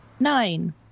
Nine